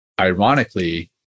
ironically